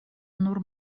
nur